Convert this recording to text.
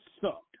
sucked